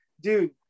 dude